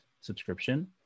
subscription